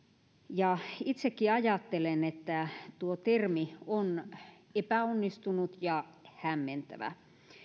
itsekin ajattelen että tuo termi on epäonnistunut ja hämmentävä